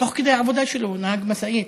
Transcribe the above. תוך כדי עבודה שלו, הוא נהג משאית.